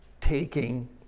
taking